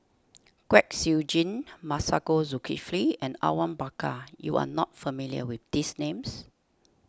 Kwek Siew Jin Masagos Zulkifli and Awang Bakar you are not familiar with these names